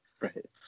right